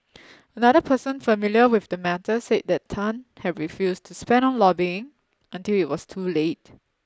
another person familiar with the matter said that Tan had refused to spend on lobbying until it was too late